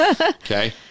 Okay